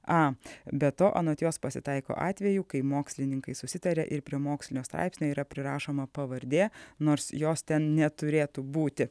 a be to anot jos pasitaiko atvejų kai mokslininkai susitaria ir prie mokslinio straipsnio yra prirašoma pavardė nors jos ten neturėtų būti